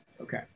Okay